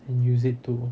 and use it to